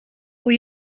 hoe